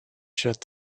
shut